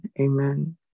Amen